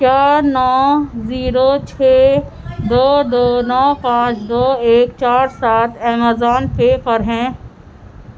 کیا نو زیرو چھ دو دو نو پانچ دو ایک چار سات امیزون پے پر ہیں